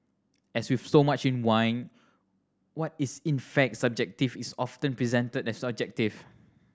as with so much in wine what is in fact subjective is often presented as objective